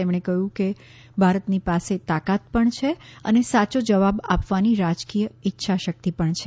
તેમણે કહ્યું કે ભારતની પાસે તાકાત પણ છે અને સાચો જવાબ આપવાની રાજકીય ઇચ્છાશક્તિ પણ છે